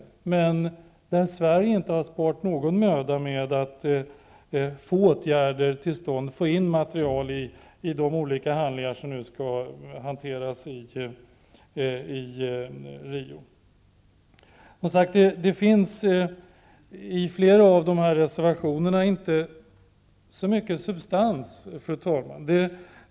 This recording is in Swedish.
Men Sverige har inte sparat någon möda när det gällt att få till stånd åtgärder och få in material i de olika handlingar som nu skall hanteras i Rio. Fru talman! Det finns i flera av reservationerna inte så mycket substans.